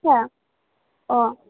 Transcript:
आछा अह